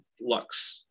Lux